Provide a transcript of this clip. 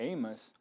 Amos